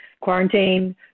quarantine